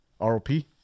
ROP